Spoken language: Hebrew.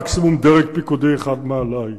מקסימום דרג פיקודי אחד מעלי.